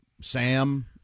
Sam